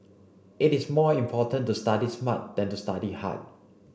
it is more important to study smart than to study hard